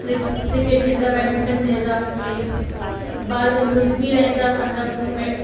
क्रि क्रिकेट खेॾनि था बैडमिंटन खेॾे था खेल ॿार तंदुरुस्तु बि रहनि था असांजा